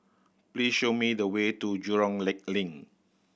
please show me the way to Jurong Lake Link